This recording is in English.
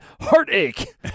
Heartache